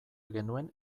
genuen